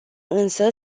însă